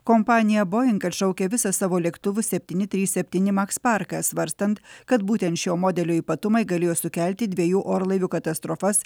kompanija boing atšaukia visą savo lėktuvų septyni trys septyni maks parką svarstant kad būtent šio modelio ypatumai galėjo sukelti dviejų orlaivių katastrofas